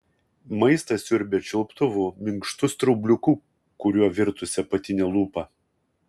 maistą siurbia čiulptuvu minkštu straubliuku kuriuo virtusi apatinė lūpa